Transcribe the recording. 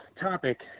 topic